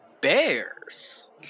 bears